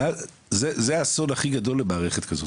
זה האסון הכי גדול למערכת כזאת.